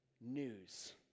news